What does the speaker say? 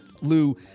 Lou